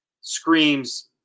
screams